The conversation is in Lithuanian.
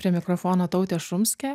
prie mikrofono tautė šumskė